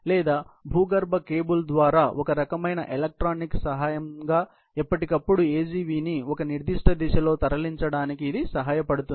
లేదా భూగర్భ కేబుల్ ద్వారా ఒక రకమైన ఎలక్ట్రానిక్ సహాయంగా ఎప్పటికప్పుడు AGV ని ఒక నిర్దిష్ట దిశలో తరలించడానికి ఇది సహాయపడుతుంది